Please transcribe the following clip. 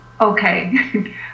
okay